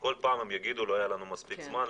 כל פעם הם יגידו: לא היה לנו מספיק זמן,